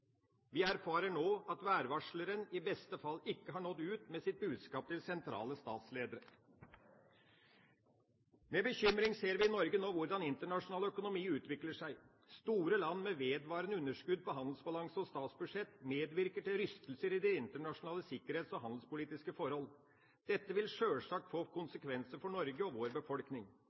Vi erfarer nå at værvarsleren i beste fall ikke har nådd ut med sitt budskap til sentrale statsledere. Med bekymring ser vi i Norge nå hvordan internasjonal økonomi utvikler seg. Store land med vedvarende underskudd på handelsbalanse og statsbudsjett medvirker til rystelser i de internasjonale sikkerhets- og handelspolitiske forhold. Dette vil sjølsagt få konsekvenser for Norge og vår befolkning.